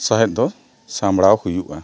ᱥᱟᱦᱮᱫ ᱫᱚ ᱥᱟᱢᱵᱽᱲᱟᱣ ᱦᱩᱭᱩᱜᱼᱟ